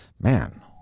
Man